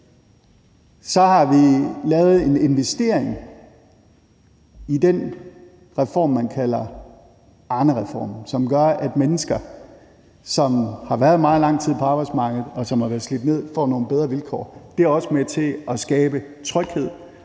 Så har vi lavet en investering i den reform, man kalder Arnereformen, og som gør, at mennesker, som har været meget lang tid på arbejdsmarkedet, og som er blevet slidt ned, får nogle bedre vilkår. Det er også med til at skabe tryghed